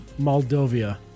Moldova